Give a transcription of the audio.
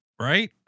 right